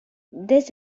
this